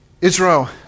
Israel